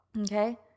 Okay